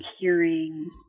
hearing